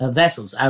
vessels